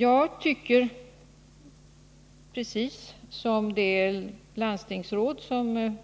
Jag tycker, precis som det landstingsråd som